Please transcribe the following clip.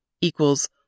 equals